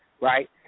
right